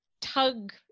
tug